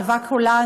עלוה קולן,